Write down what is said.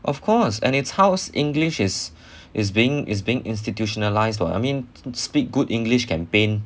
of course and its house english is is being is being institutionalized what I mean speak good english campaign